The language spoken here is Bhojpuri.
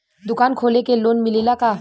दुकान खोले के लोन मिलेला का?